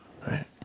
right